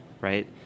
right